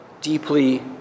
deeply